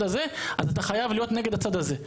הזה אז אתה חייב להיות נגד הצד הזה.